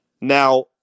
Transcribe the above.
Now